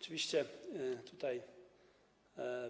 Oczywiście